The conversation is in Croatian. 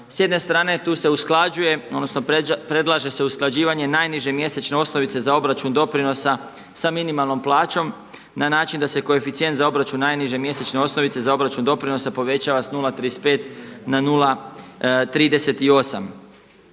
S jedne strane tu se usklađuje odnosno predlaže se usklađivanje najniže mjesečne osnovice za obračun doprinosa sa minimalnom plaćom na način da se koeficijent za obračun najniže mjesečne osnovice za obračun doprinosa povećava s 0,35 na 0,38.